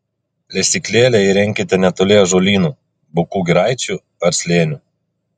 lesyklėlę įrenkite netoli ąžuolynų bukų giraičių ar slėnių